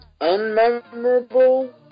unmemorable